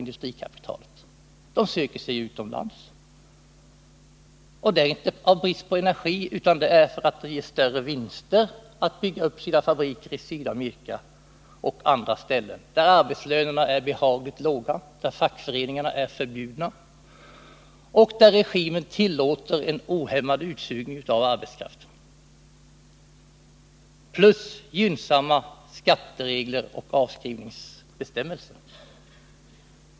Man söker sig utomlands i stället, och det är inte av brist på energi utan därför att det ger större vinster att bygga upp fabriker i Sydamerika och på andra ställen där arbetslönerna är behagligt låga, där fackföreningar är förbjudna, där regimen tillåter en ohämmad utsugning av arbetskraften och där det finns gynnsamma skatteregler och avskrivningsbestämmelser.